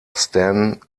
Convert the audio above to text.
stan